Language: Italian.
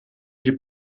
gli